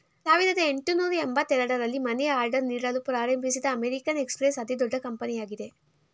ಸಾವಿರದ ಎಂಟುನೂರು ಎಂಬತ್ತ ಎರಡು ರಲ್ಲಿ ಮನಿ ಆರ್ಡರ್ ನೀಡಲು ಪ್ರಾರಂಭಿಸಿದ ಅಮೇರಿಕನ್ ಎಕ್ಸ್ಪ್ರೆಸ್ ಅತಿದೊಡ್ಡ ಕಂಪನಿಯಾಗಿದೆ